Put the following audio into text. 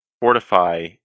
fortify